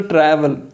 Travel